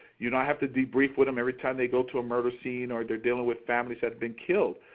you know i have to debrief with them every time they go to a murder scene or they're dealing with families that have been killed.